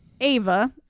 Ava